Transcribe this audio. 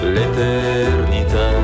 L'eternità